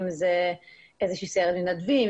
אם זה איזה שהיא סיירת מתנדבים,